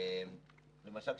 למשל,